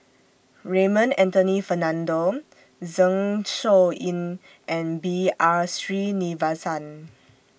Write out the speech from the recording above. Raymond Anthony Fernando Zeng Shouyin and B R Sreenivasan